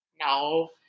No